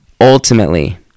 Ultimately